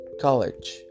college